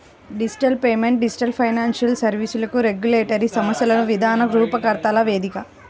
digital payment digital financial సర్వీస్లకు regulatory సమస్యలను విధాన రూపకర్తల వేదిక